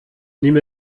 nimm